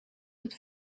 had